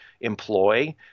employ